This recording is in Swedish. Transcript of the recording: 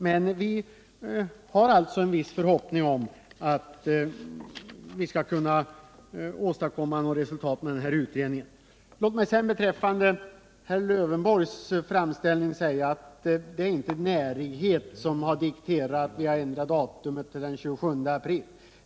Men vi har alltså en viss förhoppning om att vi skall kunna åstadkomma resultat med denna utredning. Låt mig sedan beträffande herr Lövenborgs framställning säga att det inte är närighet som har dikterat vår ändring av datum till den 27 april.